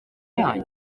yanyu